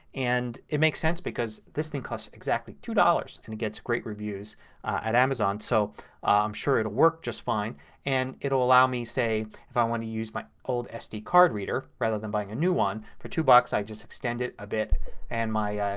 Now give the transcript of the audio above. and it makes sense because this thing costs exactly two dollars and gets great reviews at amazon. so i'm sure it will work just fine and it'll allow me say if i want to use my old sd card reader rather than buying a new one, for two bucks i just extend it a bit and my